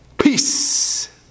peace